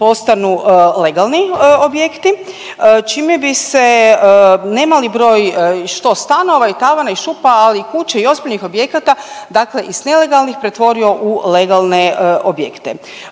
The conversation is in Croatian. postanu legalni objekti, čime bi se nemali broj, što stanova i tavana i šupa, ali kuća i ozbiljnih objekata dakle iz nelegalnih pretvorio u legalne objekte.